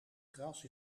gras